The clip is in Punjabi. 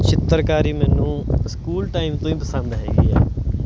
ਚਿੱਤਰਕਾਰੀ ਮੈਨੂੰ ਸਕੂਲ ਟਾਈਮ ਤੋਂ ਹੀ ਪਸੰਦ ਹੈਗੀ ਆ